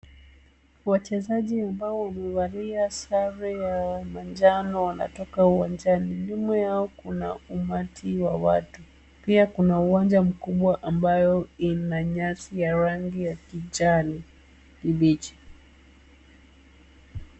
Wachezaji ambao wamevalia skafu ya manjano wanatoka uwanjani, nyuma yao kuna umati wa watu, pia kuna uwanja mkubwa ambao una nyasi ya rangi ya kijani kibichi.